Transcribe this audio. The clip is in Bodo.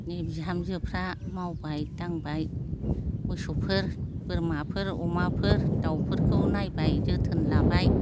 नै बिहामजोफ्रा मावबाय दांबाय मोसौफोर बोरमाफोर अमाफोर दावफोरखौ नायबाय जोथोन लाबाय